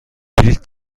بلیط